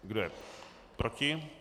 Kdo je proti?